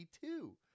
two